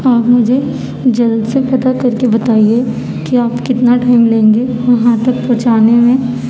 آپ مجھے جلد سے پتہ کر کے بتائیے کہ آپ کتنا ٹائم لیں گے وہاں تک پہنچانے میں